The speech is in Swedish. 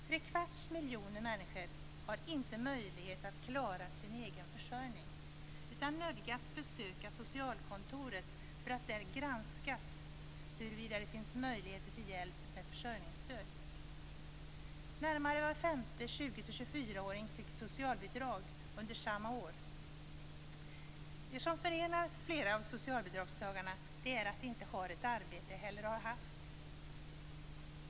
Tre kvarts miljoner människor har inte möjlighet att klara sin egen försörjning utan nödgas besöka socialkontoret för att där granskas huruvida det finns möjligheter till hjälp med försörjningsstöd. Närmare var femte 20-24-åring fick socialbidrag under samma år. Det som förenar flera av socialbidragstagarna är att de inte har eller har haft ett arbete.